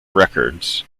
records